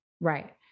Right